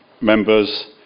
members